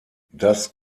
das